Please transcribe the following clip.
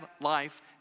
life